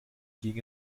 ging